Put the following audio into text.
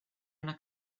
una